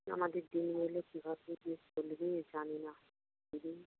আমাদের দিনগুলো কীভাবে যে চলবে জানি না